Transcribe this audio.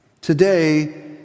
Today